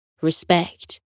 respect